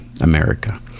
America